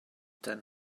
then